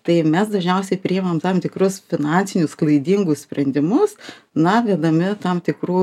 tai mes dažniausiai priimam tam tikrus finansinius klaidingus sprendimus na vedami tam tikrų